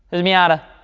miata,